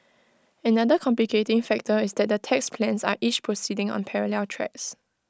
another complicating factor is that the tax plans are each proceeding on parallel tracks